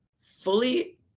fully